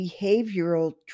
behavioral